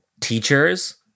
teachers